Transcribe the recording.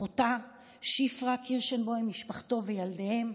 אחותה שפרה קירשנבוים, משפחתה וילדיהם,